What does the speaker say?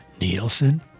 Nielsen